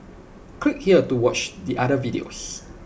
click here to watch the other videos